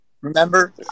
Remember